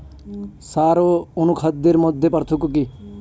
সার ও অনুখাদ্যের মধ্যে পার্থক্য কি?